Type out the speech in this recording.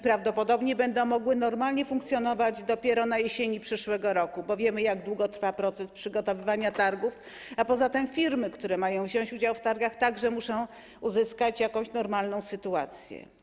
Prawdopodobnie będą mogły normalnie funkcjonować dopiero na jesieni przyszłego roku - wiemy, jak długo trwa proces przygotowywania targów, a poza tym firmy, które mają wziąć udział w targach, także muszą zacząć normalnie funkcjonować.